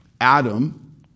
Adam